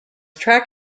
track